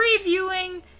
previewing